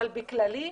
אבל בכללי,